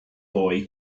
boy